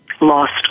lost